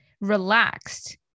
relaxed